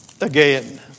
again